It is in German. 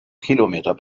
kilometer